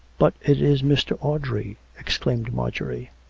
but it is mr, audrey! exclaimed marjorie.